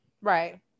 Right